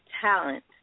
talent